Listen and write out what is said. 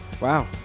wow